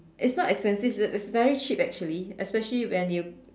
it's not expensive it's very cheap actually especially when you